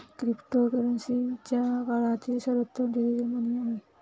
cryptocurrency आजच्या काळातील सर्वोत्तम डिजिटल मनी आहे